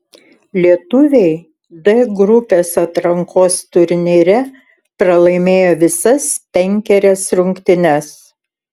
lietuviai d grupės atrankos turnyre pralaimėjo visas penkerias rungtynes